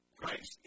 Christ